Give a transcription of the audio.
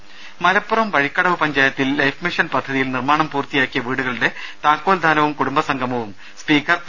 ് മലപ്പുറം വഴിക്കടവ് പഞ്ചായത്തിൽ life mission പദ്ധതിയിൽ നിർമാണം പൂർത്തിയാക്കിയ വീടുകളുടെ താക്കോൽദാനവും കുടുംബസംഗമവും സ്പീക്കർ പി